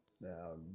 Now